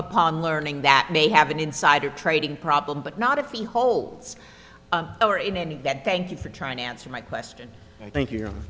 upon learning that may have an insider trading problem but not a few holes or in any of that thank you for trying to answer my question thank